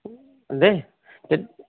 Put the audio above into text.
দেই